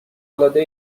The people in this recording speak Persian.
العاده